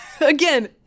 again